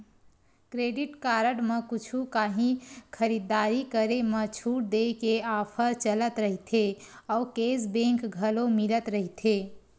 credit card म कुछु काही खरीददारी करे म छूट देय के ऑफर चलत रहिथे अउ केस बेंक घलो मिलत रहिथे